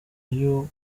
uyu